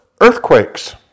earthquakes